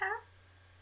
tasks